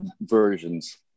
versions